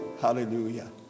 Hallelujah